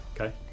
Okay